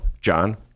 John